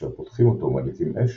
וכאשר פותחים אותו ומדליקים אש,